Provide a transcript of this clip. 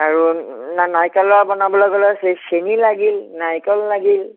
আৰু নাৰিকলৰ বনাবলে গ'লে চেনি লাগিল নাৰিকল লাগিল